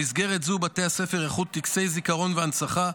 במסגרת זו בתי הספר יערכו טקסי זיכרון והנצחה,